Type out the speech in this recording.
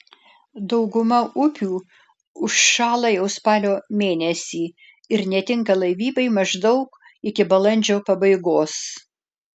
dauguma upių užšąla jau spalio mėnesį ir netinka laivybai maždaug iki balandžio pabaigos